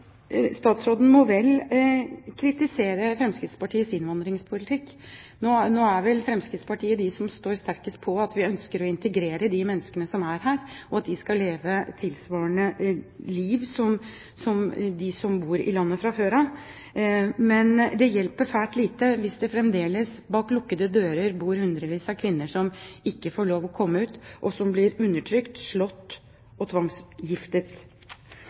Statsråden må gjerne kritisere Fremskrittspartiets innvandringspolitikk. Nå er vel Fremskrittspartiet de som står sterkest på når det gjelder ønsket om å integrere de menneskene som er her, og at de skal leve et liv tilsvarende livet til dem som bor i landet fra før av. Men det hjelper fælt lite hvis det fremdeles bak lukkede dører bor hundrevis av kvinner som ikke får lov å komme ut, og som blir undertrykt, slått og tvangsgiftet.